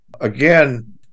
Again